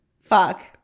fuck